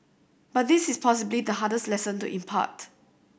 but this is possibly the hardest lesson to impart